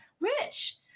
rich